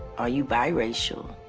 are you biracial?